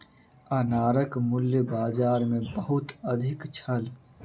अनारक मूल्य बाजार मे बहुत अधिक छल